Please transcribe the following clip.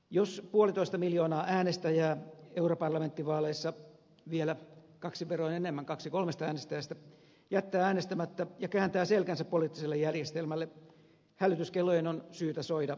jos puolitoista miljoonaa äänestäjää europarlamenttivaaleissa vielä kaksin verroin enemmän kaksi kolmesta äänestäjästä jättää äänestämättä ja kääntää selkänsä poliittiselle järjestelmälle hälytyskellojen on syytä soida kuuluvasti